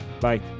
Bye